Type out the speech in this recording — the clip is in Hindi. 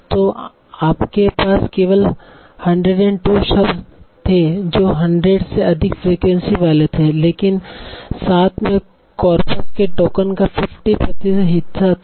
तो आपके पास केवल 102 शब्द थे जो 100 से अधिक फ्रीक्वेंसी वाले थे लेकिन साथ में कॉर्पस के टोकन का 50 प्रतिशत हिस्सा था